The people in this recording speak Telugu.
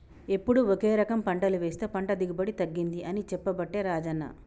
ఎప్పుడు ఒకే రకం పంటలు వేస్తె పంట దిగుబడి తగ్గింది అని చెప్పబట్టే రాజన్న